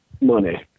money